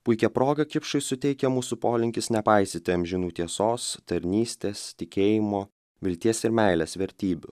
puikią progą kipšui suteikia mūsų polinkis nepaisyti amžinų tiesos tarnystės tikėjimo vilties ir meilės vertybių